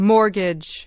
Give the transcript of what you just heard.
Mortgage